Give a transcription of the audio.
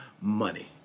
money